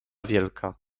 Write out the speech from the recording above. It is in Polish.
wielka